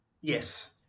yes